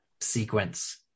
sequence